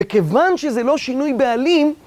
כיוון שזה לא שינוי בעלים.